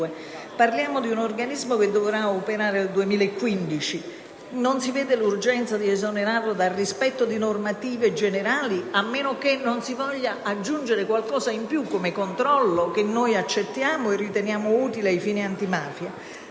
Parliamo di un organismo che dovrà operare dal 2015. Non si vede l'urgenza di esonerarlo dal rispetto delle normative generali, a meno che non si voglia aggiungere qualcosa in più come controllo, che noi accettiamo e riteniamo utile ai fini antimafia.